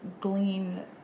glean